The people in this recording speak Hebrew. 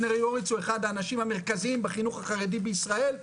נרי הורביץ הוא אחד האנשים המרכזיים בחינוך החרדי בישראל,